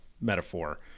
metaphor